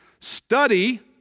Study